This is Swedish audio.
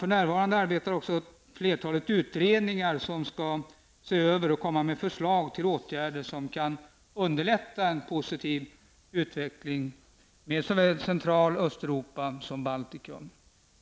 För närvarande arbetar flertalet utredningar som skall se över och komma med förslag till åtgärder som kan underlätta en positiv utveckling i såväl Central och Östeuropa som Baltikum.